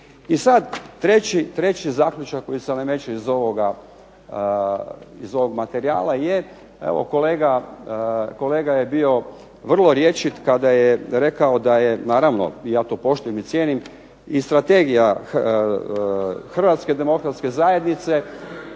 I sad treći zaključak koji se nameće iz ovoga materijala je, evo kolega je bio vrlo rječit kada je rekao da je, naravno ja to poštujem i cijenim, i strategija HDZ-a borba protiv korupcije.